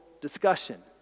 discussion